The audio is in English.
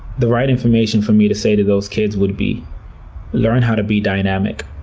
the right information for me to say to those kids would be learn how to be dynamic,